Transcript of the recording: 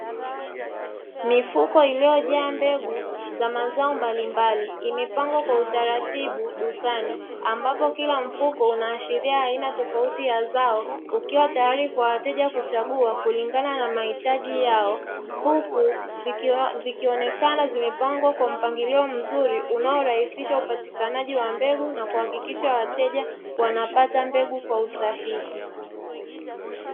Mifuko iliyojaa mbegu za mazao mbalimbali imepangwa kwa utaratibu dukani ambapo kila mfuko unaashiria aina tofauti ya zao ukiwa tayari kwa wateja kuchagua kulingana na mahitaji yao, huku zikiwa zikionekana zimepangwa kwa mpangilio mzuri unaorahisisha upatikanaji wa mbegu na kuhakikisha wateja wanapata mbegu kwa usahihi.